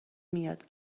میاد